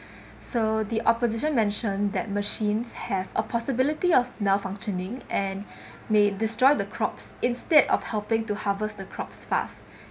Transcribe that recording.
so the opposition mentioned that machines have a the possibility of malfunctioning and and may destroy the crops instead of helping to harvest the crops fast